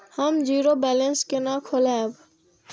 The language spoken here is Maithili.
हम जीरो बैलेंस केना खोलैब?